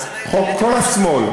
כל השמאל,